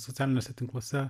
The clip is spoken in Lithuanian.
socialiniuose tinkluose